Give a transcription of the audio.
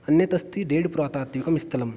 अन्यत् अस्ति देढपुरातात्विकं स्थलं